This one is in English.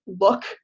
look